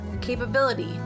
capability